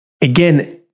again